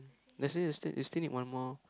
let's say you still you still need one more